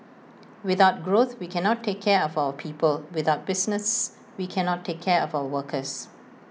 without growth we cannot take care of our people without business we cannot take care of our workers